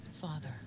Father